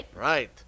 Right